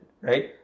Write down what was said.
right